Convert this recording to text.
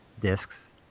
discs